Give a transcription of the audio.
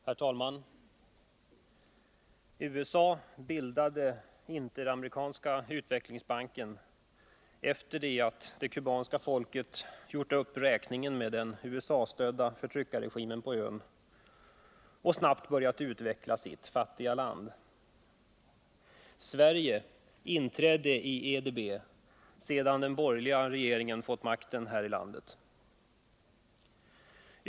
Herr talman! USA bildade Interamerikanska utvecklingsbanken sedan det kubanska folket gjort upp räkningen med den USA-stödda förtryckarregimen på ön och snabbt börjat utveckla sitt fattiga land. Sverige inträdde i IDB sedan den borgerliga regeringen fått makten här i landet.